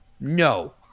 no